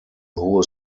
hohes